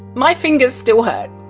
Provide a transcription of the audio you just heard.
my fingers still hurt!